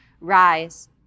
rise